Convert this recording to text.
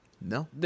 No